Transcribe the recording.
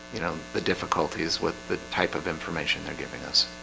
you know the difficulties with the type of information they're giving us